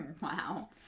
Wow